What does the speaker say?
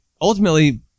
Ultimately